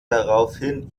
daraufhin